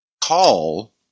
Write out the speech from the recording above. call